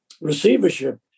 receivership